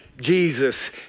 Jesus